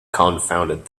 confounded